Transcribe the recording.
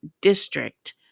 District